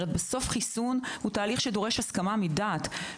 חיסון הוא תהליך שדורש הסכמה מודעת,